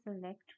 select